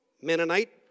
Mennonite